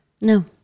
No